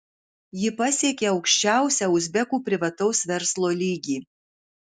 ji pasiekė aukščiausią uzbekų privataus verslo lygį